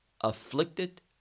afflicted